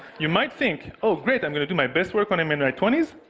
you might think, oh great. i'm going to do my best work when i'm in my twenty s.